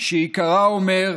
שעיקרה אומר: